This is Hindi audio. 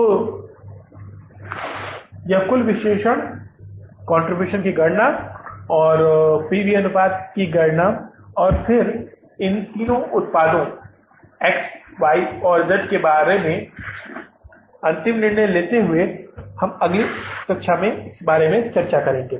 तो यह कुल विश्लेषण योगदान गणना और पी वी अनुपात की गणना और फिर इन तीन उत्पादों एक्स वाई और जेड के बारे में अंतिम निर्णय लेते हुए हम अगली कक्षा में चर्चा करेंगे